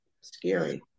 scary